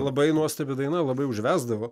labai nuostabi daina labai užvesdavo